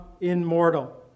immortal